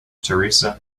teresa